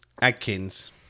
Adkins